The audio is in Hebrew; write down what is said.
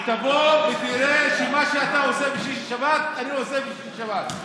תראה מה שאתה עושה בשישי-שבת, אני עושה בשישי-שבת.